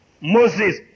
Moses